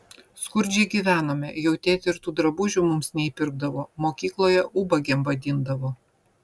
skurdžiai gyvenome jau tėtė ir tų drabužių mums neįpirkdavo mokykloje ubagėm vadindavo